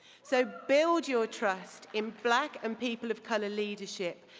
so build your trust in black and people of color leadership.